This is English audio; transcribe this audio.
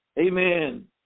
amen